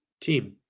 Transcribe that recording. team